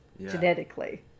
genetically